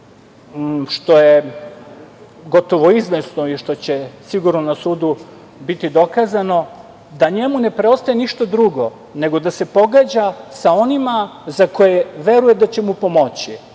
što je gotovo izvesno i što će sigurno na sudu biti dokazano, da njemu ne preostaje ništa drugo nego da se pogađa sa onima za koje veruje da će mu pomoći,